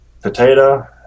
potato